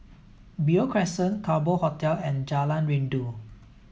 Beo Crescent Kerbau Hotel and Jalan Rindu